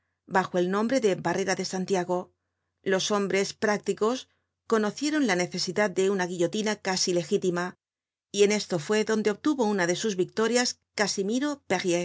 bajo el nombre de barrera de santiago los hombres prácticos conocieron la necesidad de una guillotina casi legítima y en esto fue donde obtuvo una de sus victorias casimiro